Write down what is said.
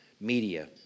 Media